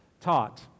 taught